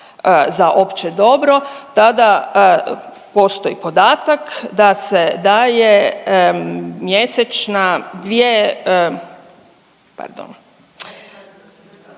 za opće dobro tada postoji podatak da se daje mjesečna, dvije, pardon,